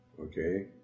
okay